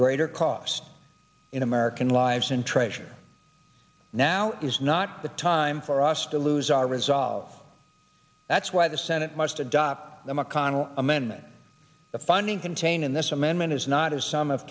greater cost in american lives and treasure now is not the time for us to lose our resolve that's why the senate must adopt the mcconnell amendment the funding contained in this amendment is not as some of